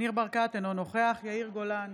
ניר ברקת, אינו נוכח יאיר גולן,